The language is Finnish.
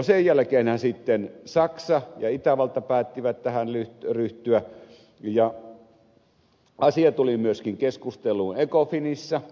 sen jälkeenhän sitten saksa ja itävalta päättivät tähän ryhtyä ja asia tuli myöskin keskusteluun ecofinissa